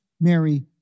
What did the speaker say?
Mary